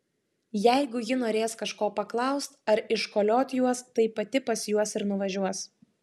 jeigu ji norės kažko paklaust ar iškoliot juos tai pati pas juos ir nuvažiuos